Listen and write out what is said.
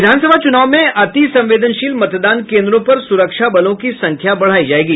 विधान सभा चुनाव में अतिसंवेदनशील मतदान केंद्रों पर सुरक्षा बलों की संख्या बढ़ायी जायेगी